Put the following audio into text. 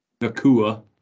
Nakua